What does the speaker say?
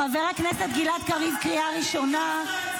חבר הכנסת גלעד קריב, קריאה ראשונה.